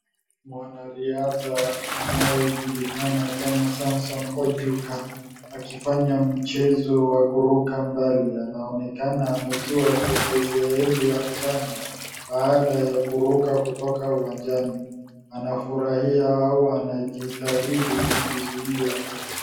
Mwanariadha anayejulikana kama Samson Ojuka akifanya mchezo kuruka mbali. Anaonekana ametua kwenye sehemu ya mchanga baada ya kuruka kutoka uwanjani. Anafurahia au anajitahidi kujizuia.